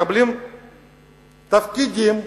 מקבלים תפקידים,